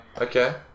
Okay